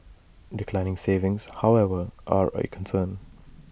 declining savings however are A concern